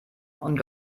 und